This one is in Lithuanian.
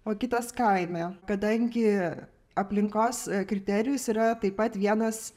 o kitas kaime kadangi aplinkos kriterijus yra taip pat vienas